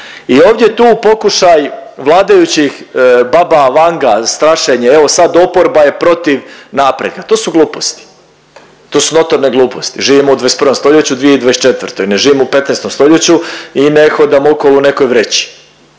i ovdje tu pokušaj vladajućih baba Vanga, strašenje, evo sad oporba je protiv napretka. To su gluposti, to su notorne gluposti, živimo u 21. stoljeću 2024.-oj, ne živimo u 15. stoljeću i hodamo okolo u nekoj vreći